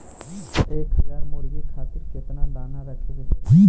एक हज़ार मुर्गी खातिर केतना दाना रखे के पड़ी?